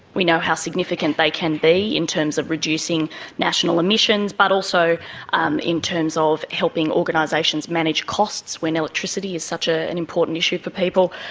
we know how significant they can be in terms of reducing national emissions, but also um in terms of helping organisations manage costs when electricity is such ah an important issue for people.